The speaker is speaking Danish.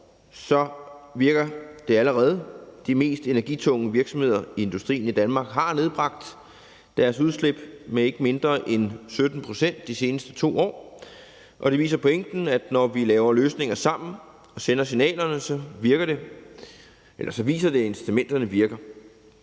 virker det allerede. De mest energitunge virksomheder i industrien i Danmark har nedbragt deres udslip med ikke mindre end 17 pct. de seneste 2 år. Og det viser pointen, at når vi laver løsninger sammen og sender signalerne, så viser det, at incitamenterne virker.